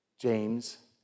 James